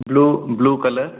blue blue colour